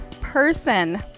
person